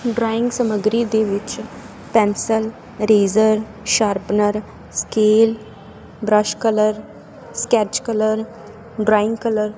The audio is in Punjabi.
ਡਰਾਇੰਗ ਸਮੱਗਰੀ ਦੇ ਵਿੱਚ pencil eraser sharpener scale brush colour sketch colour drawing colour